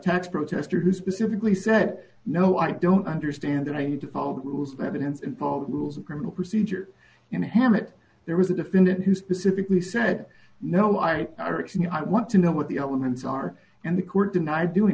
tax protester who specifically said no i don't understand it i need to follow the rules of evidence and thought was a criminal procedure in hemet there was a defendant who specifically said no i want to know what the elements are and the court denied doing